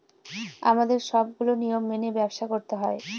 আমাদের সবগুলো নিয়ম মেনে ব্যবসা করতে হয়